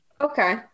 Okay